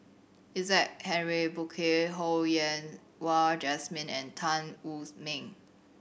Isaac Henry Burkill Ho Yen Wah Jesmine and Tan Wu Meng